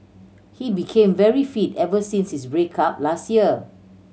he became very fit ever since his break up last year